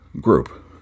group